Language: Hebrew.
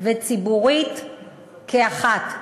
וציבורית כאחד.